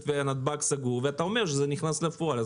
ונתב"ג סגור ואתה אומר שזה נכנס לפועל.